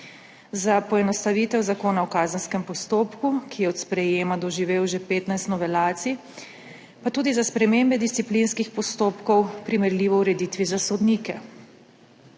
za poenostavitev zakona o kazenskem postopku, ki je od sprejetja doživel že 15 novelacij, pa tudi za spremembe disciplinskih postopkov primerljivo ureditvi za sodnike.